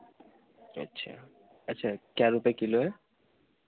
अच्छा अच्छा क्या रुपए किलो है